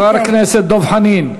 חבר הכנסת דב חנין.